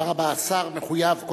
תודה רבה.